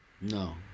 no